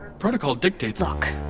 protocol dictateskeila look,